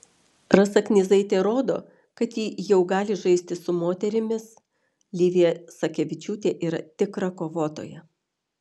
rasa knyzaitė rodo kad ji jau gali žaisti su moterimis livija sakevičiūtė yra tikra kovotoja